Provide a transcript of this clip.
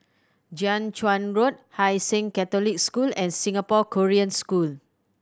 Jiak Chuan Road Hai Sing Catholic School and Singapore Korean School